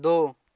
दो